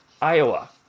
Iowa